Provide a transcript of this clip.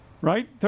Right